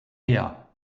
her